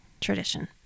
Tradition